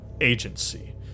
agency